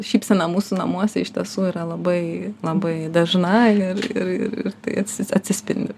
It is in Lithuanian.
šypsena mūsų namuose iš tiesų yra labai labai dažna ir ir ir tai at atsispindi